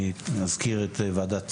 נזכיר את ועדת צור,